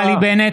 (קורא בשמות חברי הכנסת) נפתלי בנט,